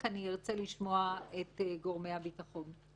כי אני ארצה גם לשמוע את גורמי הביטחון.